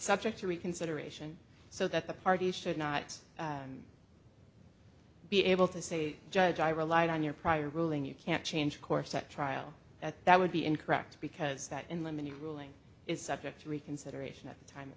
subject to reconsideration so that the parties should not be able to say judge i relied on your prior ruling you can't change course at trial that that would be incorrect because that in limited ruling is subject reconsideration at the time